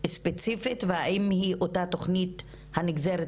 ספציפית והאם היא אותה תוכנית הנגזרת